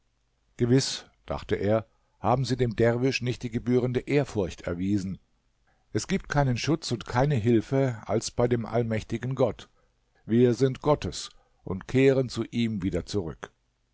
gewiß dachte er haben sie dem derwisch nicht die gebührende ehrfurcht erwiesen es gibt keinen schutz und keine hilfe als bei dem allmächtigen gott wir sind gottes und kehren zu ihm wieder zurück